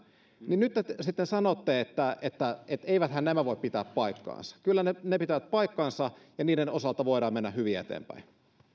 niin nyt te sitten sanotte että että eiväthän nämä voi pitää paikkaansa kyllä ne ne pitävät paikkansa ja niiden osalta voidaan mennä hyvin eteenpäin